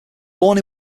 born